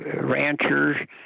ranchers